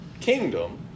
kingdom